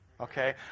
okay